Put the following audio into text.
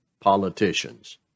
politicians